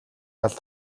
гал